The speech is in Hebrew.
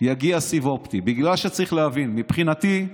יגיע סיב אופטי, בגלל שצריך להבין: מבחינתי,